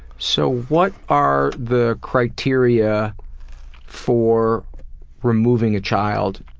so what are the criteria for removing a child